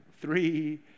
three